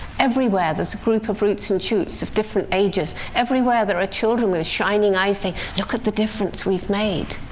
everywhere there's a group of roots and shoots of different ages. everywhere there are children with shining eyes saying, look at the difference we've made.